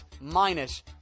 minus